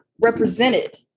represented